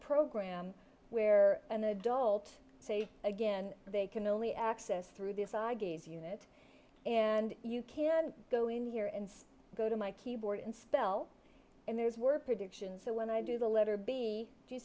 program where an adult say again they can only access through this eye gaze unit and you can go in here and go to my keyboard and spell and there's work predictions so when i do the letter b you